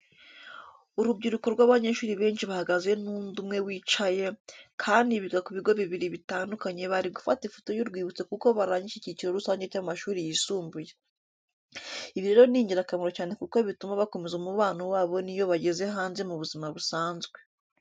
Urubyiruko rw'abanyeshuri benshi bahagaze n'undi umwe wicaye, kandi biga ku bigo bibiri bitandukanye bari gufata ifoto y'urwibutso kuko barangije icyiciro rusange cy'amashuri yisumbuye. Ibi rero ni ingirakamaro cyane kuko bituma bakomeza umubano wabo n'iyo bageze hanze mu buzima busanzwe.